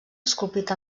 esculpit